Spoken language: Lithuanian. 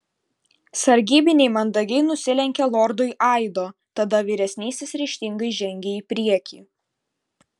sargybiniai mandagiai nusilenkė lordui aido tada vyresnysis ryžtingai žengė į priekį